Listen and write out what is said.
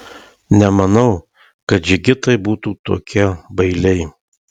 nemanau kad džigitai būtų tokie bailiai